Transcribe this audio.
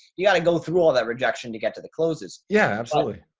you've got to go through all that rejection to get to the closes. yeah, absolutely.